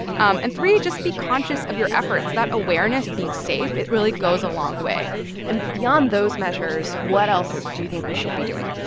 um and, three, just be conscious of your efforts. that awareness of being safe it really goes a long way and beyond those measures, what else do you think we should be doing?